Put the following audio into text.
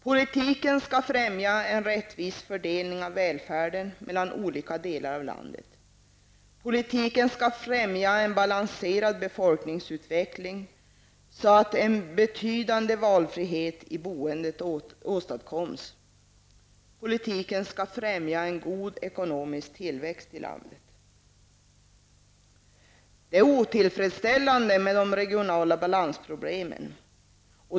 Politiken skall främja en rättvis fördelning av välfärden mellan olika delar av landet. Politiken skall främja en balanserad befolkningsutveckling, så att en betydande valfrihet i boendet åstadkoms. Politiken skall främja en god ekonomisk tillväxt i landet. Det är otillfredsställande med de regionala balansproblemen.